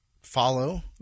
follow